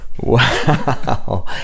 wow